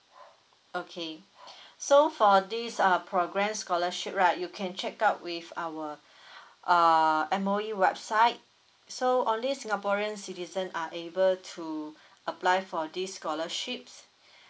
okay so for this uh program scholarship right you can check out with our uh M_O_E website so only singaporean citizen are able to apply for this scholarships